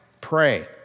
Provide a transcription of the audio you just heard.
pray